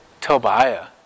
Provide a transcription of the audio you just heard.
Tobiah